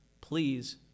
Please